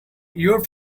your